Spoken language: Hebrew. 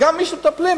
וגם מי שמטפל,